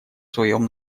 своем